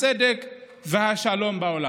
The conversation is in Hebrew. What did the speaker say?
הצדק והשלום בעולם.